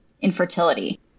infertility